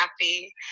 happy